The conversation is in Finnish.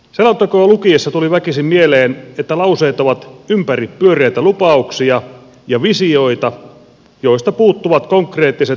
selontekoa lukiessa tuli väkisin mieleen että lauseet ovat ympäripyöreitä lupauksia ja visioita joista puuttuvat konkreettiset parannusehdotukset